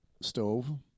stove